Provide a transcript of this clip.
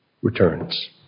returns